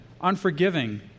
unforgiving